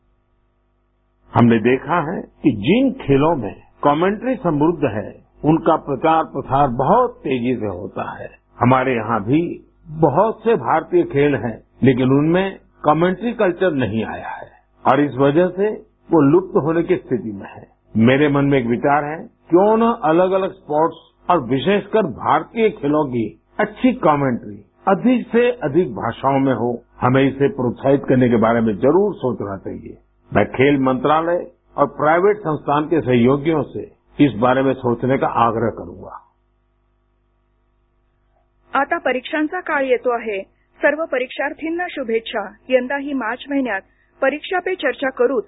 ध्वनी हमने देखा है कि जिन खेलों में कमेंट्री समृद्ध है उनका प्रचार प्रसार बहुत तेजी से होता है हमारे यहां भी बहुत से भारतीय खेल हैं लेकिन उनमें कमेंट्री कल्वर नहीं आया है और इस वजह से वो लुप्त होने की स्थिति में हैं मेरे मन में एक विचार है क्यों न अलग अलग स्पोर्ट्स और विशेषकर भारतीय खेलों की अच्छी कमेंट्री अधिक से अधिक भाषाओं में हो हमें इसे प्रोत्साहित करने के बारे में जरूर सोचना चाहिए मैं खेल मंत्रालय और प्राइवेट संस्थान के सहयोगियों से इस बारे में सोचने का आग्रह करूंगा आता परीक्षांचा काळ येतो आहे सर्व परिक्षार्थींना शुभेच्छा यंदाही मार्च महिन्यात परीक्षा पे चर्चा करूच